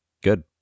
Good